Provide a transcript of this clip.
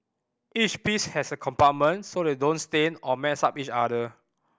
each piece has a compartment so they don't stain or mess up each other